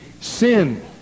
sin